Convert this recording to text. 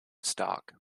stock